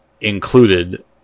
included